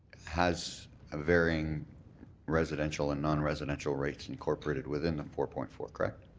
has a varying residential and non-residential rate incorporated within the four point four, correct?